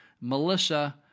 Melissa